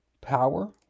power